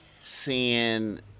seeing